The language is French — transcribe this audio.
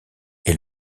est